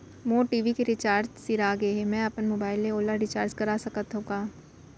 मोर TV के recharge सिरा गे हे, मैं अपन मोबाइल ले ओला रिचार्ज करा सकथव का?